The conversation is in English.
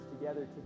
together